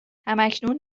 هماکنون